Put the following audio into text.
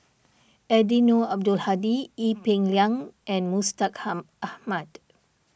Eddino Abdul Hadi Ee Peng Liang and Mustaq ham Ahmad